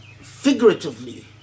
figuratively